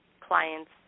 clients